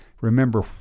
remember